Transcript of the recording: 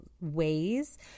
ways